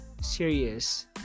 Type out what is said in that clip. Serious